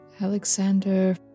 Alexander